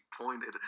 pointed